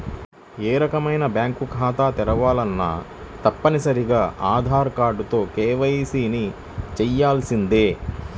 ఏ రకమైన బ్యేంకు ఖాతా తెరవాలన్నా తప్పనిసరిగా ఆధార్ కార్డుతో కేవైసీని చెయ్యించాల్సిందే